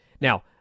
Now